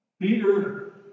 Peter